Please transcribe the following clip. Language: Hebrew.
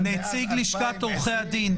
נציג לשכת עורכי הדין,